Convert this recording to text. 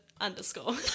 underscore